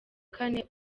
kane